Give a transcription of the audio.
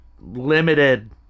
limited